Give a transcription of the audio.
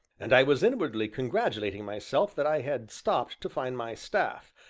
and i was inwardly congratulating myself that i had stopped to find my staff,